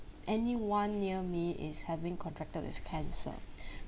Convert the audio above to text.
anyone near me is having contracted with cancer